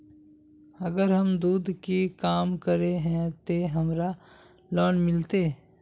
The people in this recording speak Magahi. अगर हम दूध के काम करे है ते हमरा लोन मिलते?